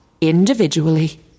Individually